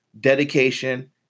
dedication